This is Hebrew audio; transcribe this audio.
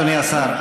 אדוני השר,